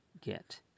get